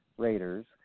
Raiders